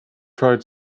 tried